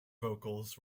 vocals